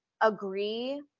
agree